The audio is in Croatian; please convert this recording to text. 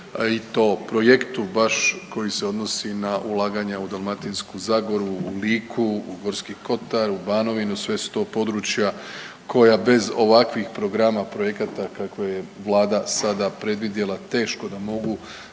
i to u projektu baš koji se odnosi na ulaganja u Dalmatinsku zagoru, u Liku, u Gorski kotar, u Banovinu sve su to područja koja bez ovakvih programa projekata kakve je Vlada sada predvidjela teško da mogu